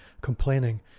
complaining